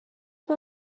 mae